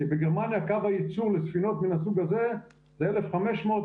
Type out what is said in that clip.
כי בגרמניה קו הייצור לספינות מן הסוג הזה זה 1,500,